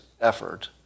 effort